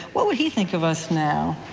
what would he think of us now?